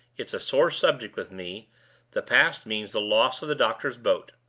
it's a sore subject with me the past means the loss of the doctor's boat.